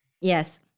Yes